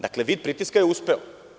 Dakle, vid pritiska je uspeo.